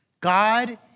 God